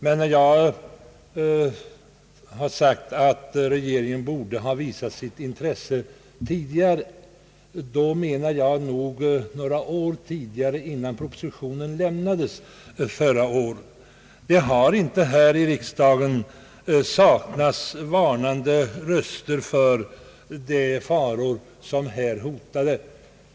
Men när jag säger att regeringen borde ha visat sitt intresse tidigare, menar jag några år innan propositionen lämnades förra året. Det har inte här i riksdagen saknats röster som varnat för de faror som här hotade.